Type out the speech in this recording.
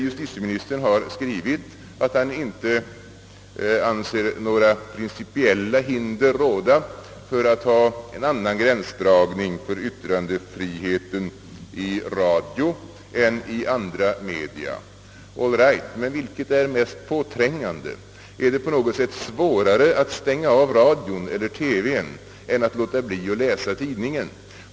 Justitieministern har i interpellationssvaret skrivit att han inte anser några principiella hinder föreligga för att ha en annan gränsdragning för yttrandefriheten i radio än i övriga media. All right — men vilket är mest påträngande? Är det på något sätt svårare att stänga av radion eller TV:n än att låta bli att läsa tidningen?